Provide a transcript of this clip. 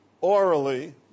orally